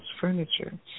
furniture